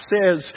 says